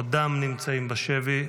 עודם נמצאים בשבי,